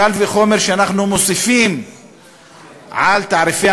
קל וחומר כשאנחנו מוסיפים על תעריפי